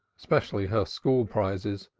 especially her school-prizes,